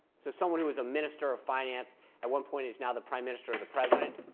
so someone who is a minister of finance at one point is now the prime minister of the president.